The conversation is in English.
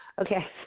Okay